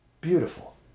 beautiful